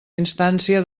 instància